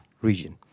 region